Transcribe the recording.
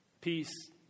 Peace